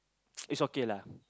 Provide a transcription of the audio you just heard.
it's okay lah